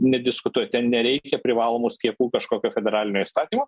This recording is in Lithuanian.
nediskutuoja ten nereikia privalomų skiepų kažkokio federalinio įstatymo